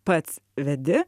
pats vedi